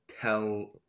tell